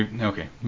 Okay